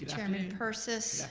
chairman persis.